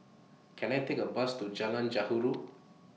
Can I Take A Bus to Jalan